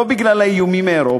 לא בגלל האיומים מאירופה,